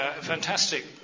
fantastic